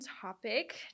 topic